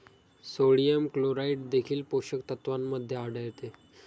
sodium chloride देखील पोषक तत्वांमध्ये आढळते